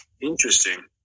interesting